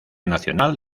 nacional